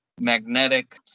magnetic